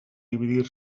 dividir